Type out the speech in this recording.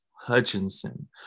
Hutchinson